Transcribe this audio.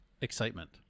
Excitement